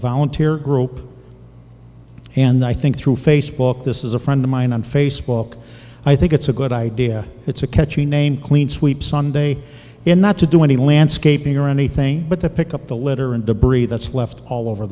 volunteer group and i think through facebook this is a friend of mine on facebook i think it's a good idea it's a catchy name clean sweep sunday and not to do any landscaping or anything but the pick up the litter and debris that's left all over